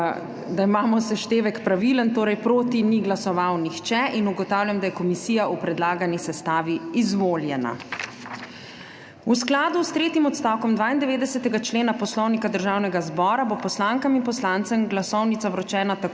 je glasovalo 78.) (Proti nihče.) Ugotavljam, da je komisija v predlagani sestavi izvoljena. V skladu s tretjim odstavkom 92. člena Poslovnika Državnega zbora bo poslankam in poslancem glasovnica vročena tako,